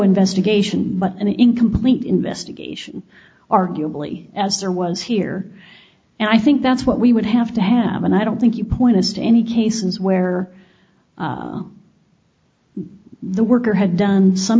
investigation but an incomplete investigation arguably as there was here and i think that's what we would have to have and i don't think you point us to any cases where the worker had done some